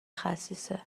خسیسه